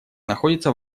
находится